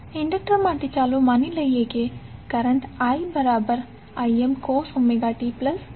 તો ઇન્ડક્ટર માટે ચાલો માની લઈએ કે કરંટiImcos ωt∅ છે